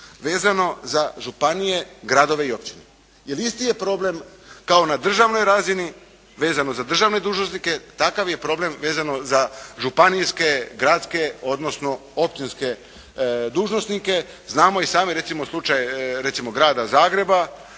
vezano za županije, gradove i općine. Jer isti je problem kao na državnoj razini vezano za državne dužnosnike, takav je problem vezano za županijske, gradske odnosno općinske dužnosnike. Znamo i sami recimo slučaj recimo Grada Zagreba,